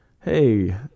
hey